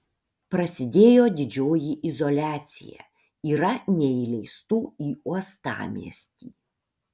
prasidėjo didžioji izoliacija yra neįleistų į uostamiestį